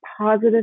positive